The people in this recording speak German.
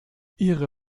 ihre